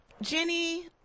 Jenny